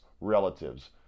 relatives